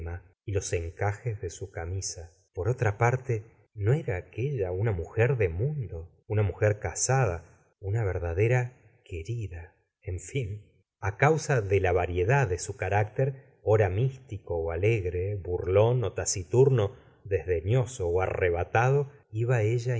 los encajes de su camisa por otra parte no era aquella una mujer de mundo una mujer casada una verdadera e querida en fin a causa de la variedad de su carácter ora místico ó alegre burlón ó taciturno desdeñoso ó arrebatado iba ella